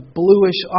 bluish